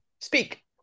speak